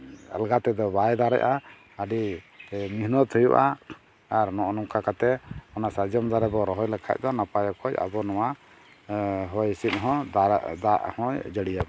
ᱟᱞᱜᱟ ᱛᱮᱫᱚ ᱵᱟᱭ ᱫᱟᱨᱮᱜᱼᱟ ᱟᱹᱰᱤ ᱢᱮᱦᱱᱚᱛ ᱦᱩᱭᱩᱜᱼᱟ ᱟᱨ ᱱᱚᱜᱼᱚ ᱱᱚᱝᱠᱟ ᱠᱟᱛᱮᱫ ᱚᱱᱟ ᱥᱟᱨᱡᱚᱢ ᱫᱟᱨᱮ ᱵᱚᱱ ᱨᱚᱦᱚᱭ ᱞᱮᱠᱷᱟᱡ ᱫᱚ ᱱᱟᱯᱟᱭ ᱚᱠᱚᱡ ᱟᱵᱚ ᱱᱚᱣᱟ ᱦᱚᱭ ᱦᱤᱸᱥᱤᱫ ᱦᱚᱸ ᱫᱟᱜ ᱦᱚᱸᱭ ᱡᱟᱹᱲᱤᱭᱟᱵᱚᱱᱟ